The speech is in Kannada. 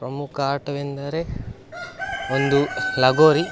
ಪ್ರಮುಖ ಆಟವೆಂದರೆ ಒಂದು ಲಗೋರಿ